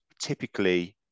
typically